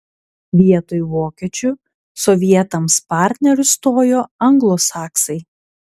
vietoj vokiečių sovietams partneriu stojo anglosaksai